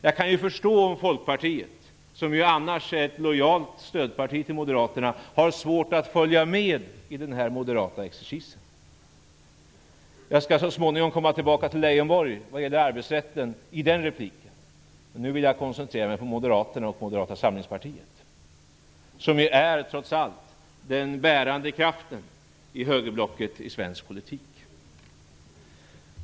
Jag kan förstå om Folkpartiet, som ju annars är ett lojalt stödparti till moderaterna, har svårt att följa med i den moderata exercisen. Jag skall så småningom återkomma till Lars Leijonborg när det gäller arbetsrätten, men nu vill jag koncentrera mig på moderaterna och Moderata samlingspartiet, som ju trots allt är den bärande kraften i högerblocket i svensk politik.